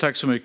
Fru